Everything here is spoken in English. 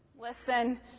Listen